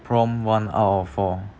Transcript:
prompt one out of four